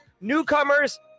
newcomers